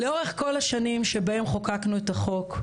לאורך כל השנים שבהן חוקקנו את החוק,